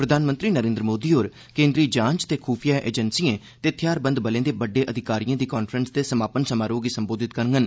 प्रधानमंत्री नरेन्द्र मोदी होर केन्द्री जांच ते ख्फिया एजेंसियें ते हथियारबंद बलें दे बड्डे अधिकारियें दी कांफ्रेस दे समापन समारोह गी सम्बोधित करगंन